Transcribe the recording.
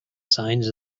signs